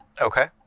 Okay